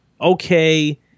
Okay